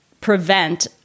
prevent